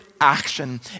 action